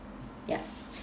yup